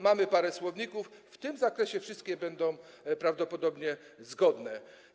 Mamy też parę słowników, w tym zakresie wszystkie będą prawdopodobnie zgodne.